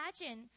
imagine